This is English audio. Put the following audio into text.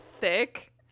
thick